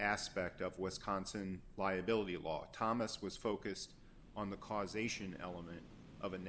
aspect of wisconsin liability law thomas was focused on the causation element of a